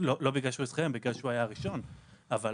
לא בגלל שהוא לשכירים, בגלל שהוא היה הראשון.